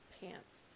pants